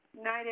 night